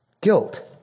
guilt